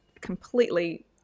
completely